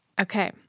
Okay